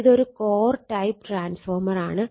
ഇതൊരു core type transformer ആണ്